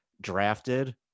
drafted